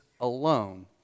alone